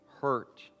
hurt